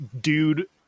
dude